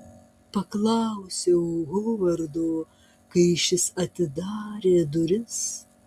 paklausiau hovardo kai šis atidarė duris